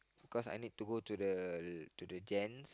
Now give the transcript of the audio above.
cause I need to go to the to the gents